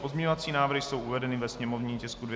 Pozměňovací návrhy jsou uvedeny ve sněmovním tisku 253/2.